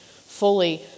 fully